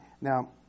now